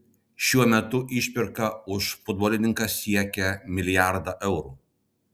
šiuo metu išpirka už futbolininką siekia milijardą eurų